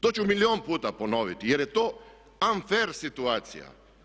To ću milijun puta ponoviti jer je to unfair situacija.